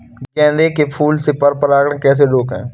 गेंदे के फूल से पर परागण कैसे रोकें?